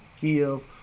give